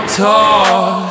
talk